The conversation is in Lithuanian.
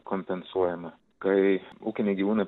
kompensuojame kai ūkiniai gyvūnai